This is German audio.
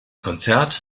konzert